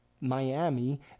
Miami